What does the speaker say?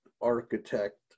architect